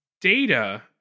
Data